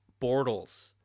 Bortles